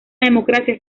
democracia